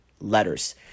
letters